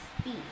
speed